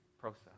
process